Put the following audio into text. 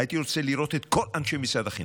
הייתי רוצה לראות את כל אנשי משרד החינוך.